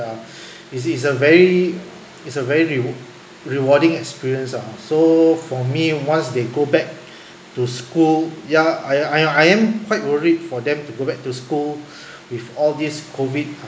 is is a very is a very real re~ rewarding experience ah so for me once they go back to school ya I I'm I am quite worried for them to go back to school with all these COVID